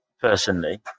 personally